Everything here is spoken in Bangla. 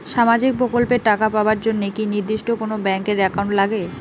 সামাজিক প্রকল্পের টাকা পাবার জন্যে কি নির্দিষ্ট কোনো ব্যাংক এর একাউন্ট লাগে?